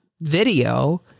video